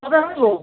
কবে হবে গো